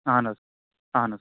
اَہَن حظ اَہَن حظ